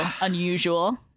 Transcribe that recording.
unusual